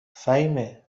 فهیمه